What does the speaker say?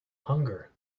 hunger